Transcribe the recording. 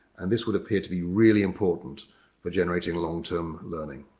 and this would appear to be really important for generating long term learning.